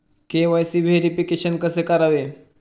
KYC verification कसे करावे?